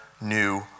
new